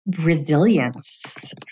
Resilience